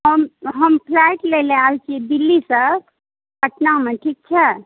हम हम फ्लैट लै लेल आयल छी दिल्लीसँ पटनामे किछु छै